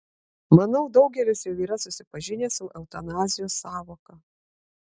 manau daugelis jau yra susipažinę su eutanazijos sąvoka